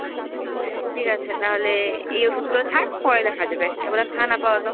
আচ্ছা ঠিক আছে তাহলে এই ওষুধগুলোই থাক পরে দেখা যাবে এগুলা খান আপাতত